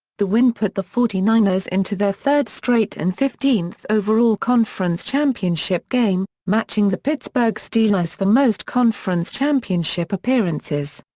the win put the forty nine ers into their third straight and fifteenth overall conference championship game, matching the pittsburgh steelers for most conference championship appearances.